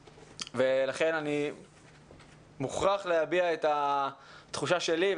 לכן אני מוכרח להביע את התחושה שלי,